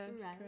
Right